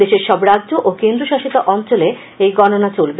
দেশের সব রাজ্য ও কেন্দ্র শাসিত অঞ্চলে এই গণনা চলবে